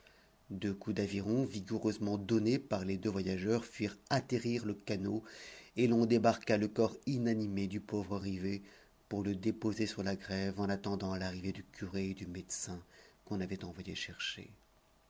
deux coups d'aviron vigoureusement donnés par les deux voyageurs firent atterrir le canot et l'on débarqua le corps inanimé du pauvre rivet pour le déposer sur la grève en attendant l'arrivée du curé et du médecin qu'on avait envoyé chercher